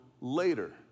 later